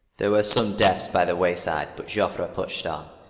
there were some deaths by the wayside, but joffre pushed on.